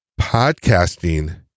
podcasting